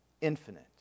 infinite